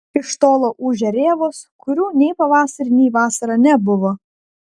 iš tolo ūžia rėvos kurių nei pavasarį nei vasarą nebuvo